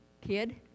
kid